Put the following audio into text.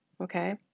okay